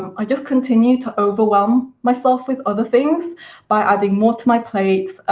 i just continue to overwhelm myself with other things by adding more to my plate.